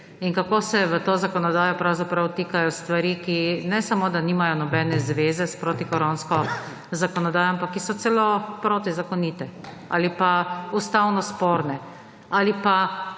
in kako se v to zakonodajo pravzaprav vtikajo stvari, ki ne samo da nimajo nobene zveze s protikoronsko zakonodajo, ampak ki so celo protizakonite ali pa ustavno sporne ali pa